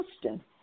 Houston